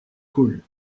cool